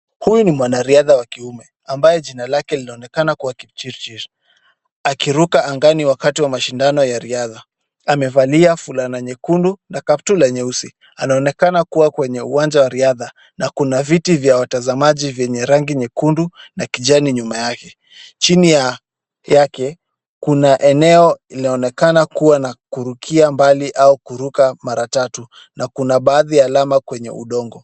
Huyu ni mwanariadha wa kiume ambaye jina lake linaonekana kuwa Kipchirchir akiruka angani wakati wa mashindano ya riadha amevalia fulana nyekundu na kaptura nyeusi, anaonekana kuwa kwenye uwanja wa riadha na kuna viti vya watazamaji vyenye rangi nyekundu na kijani nyuma yake chini yake kuna eneo linaloonekana kuwa na kurukia mbali au kuruka mara tatu na kuna baadhi ya alama kwenye udongo.